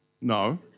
No